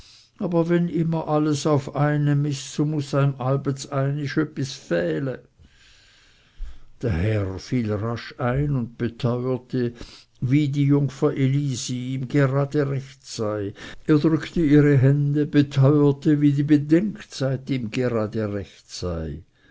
aber wenn immer alles auf einem ist so muß eim allbets einist öppis fehle der herr fiel rasch ein und beteuerte wie die jungfer elise ihm gerade recht sei drückte ihre hände beteuerte wie die bedenkzeit ihm gerade recht sei